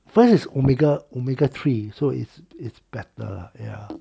because is omega omega three so it's it's better lah ya